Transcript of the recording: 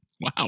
wow